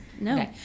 No